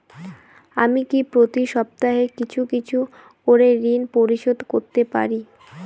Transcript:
আমি কি প্রতি সপ্তাহে কিছু কিছু করে ঋন পরিশোধ করতে পারি?